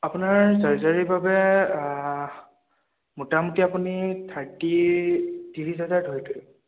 আপোনাৰ চাৰ্জাৰীৰ বাবে মোটামুটি আপুনি থাৰ্টি ত্ৰিছ হাজাৰ ধৰি থৈ দিয়ক